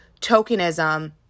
tokenism